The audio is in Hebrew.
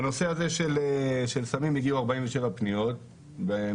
בנושא הזה של סמים הגיעו 47 פניות מ-2017.